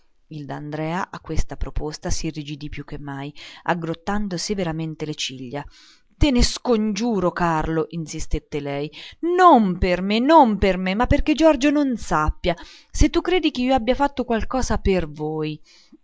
salvarmi il d'andrea a questa proposta s'irrigidì più che mai aggrottando severamente le ciglia te ne scongiuro carlo insistette lei non per me non per me ma perché giorgio non sappia se tu credi che io abbia fatto qualche cosa per voi